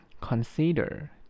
consider